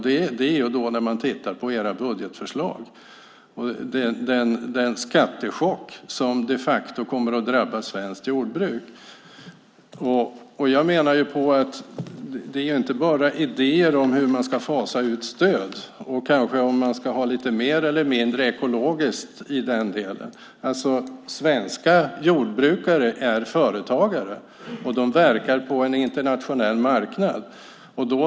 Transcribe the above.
Det är när man tittar på era budgetförslag och den skattechock som de facto kommer att drabba svenskt jordbruk. Det är inte bara idéer om hur man ska fasa ut stöd och om man ska ha lite mer eller mindre ekologiskt i den delen. Svenska jordbrukare är företagare, och de verkar på en internationell marknad.